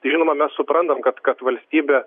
tai žinoma mes suprantam kad kad valstybė